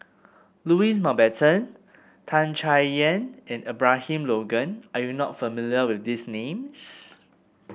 Louis Mountbatten Tan Chay Yan and Abraham Logan are you not familiar with these names